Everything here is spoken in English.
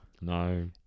no